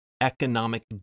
economic